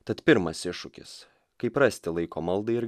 tad pirmas iššūkis kaip rasti laiko maldai ir